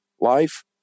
life